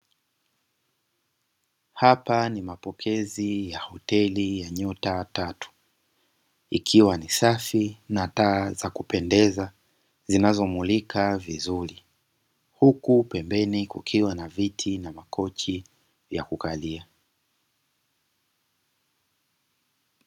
Hapa ni mapokezi ya hoteli ya nyota tatu, ikiwa ni safi na taa za kupendeza zinazomulika vizuri, huku pembeni kukiwa na viti na makochi ya kukalia.